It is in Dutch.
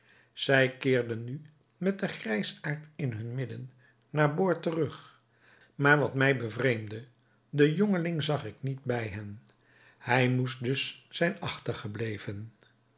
zij keerden nu met den grijsaard in hun midden naar boord terug maar wat mij bevreemdde den jongeling zag ik niet bij hen hij moest dus zijn achtergebleven